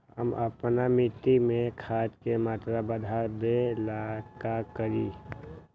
हम अपना मिट्टी में खाद के मात्रा बढ़ा वे ला का करी?